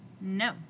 no